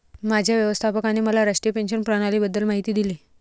माझ्या व्यवस्थापकाने मला राष्ट्रीय पेन्शन प्रणालीबद्दल माहिती दिली